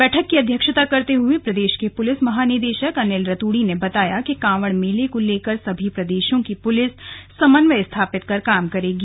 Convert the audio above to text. बैठक की अध्यक्षता करते हुए प्रदेश के पुलिस महानिदेशक अनिल रतूड़ी ने बताया कि कांवड़ मेले को लेकर सभी प्रदेशों की पुलिस समन्वय स्थापित कर काम करेगी